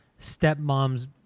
stepmom's